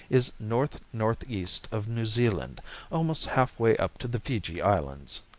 is north-northeast of new zealand almost halfway up to the fiji islands.